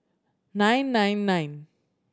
nine nine nine